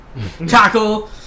Tackle